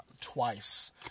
Twice